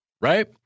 Right